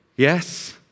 Yes